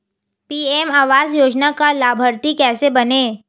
PM आवास योजना का लाभर्ती कैसे बनें?